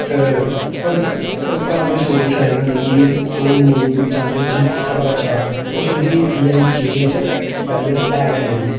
पर घर आह्लें सोच कुछ ऐसी होंदी कि ओह् नेईं चांह्दे कि साढ़ा बच्चा ओह् सोचदे कि इयै लेही सारी चीजें च कैरियर ऐ गै निं ऐ